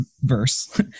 verse